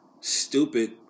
stupid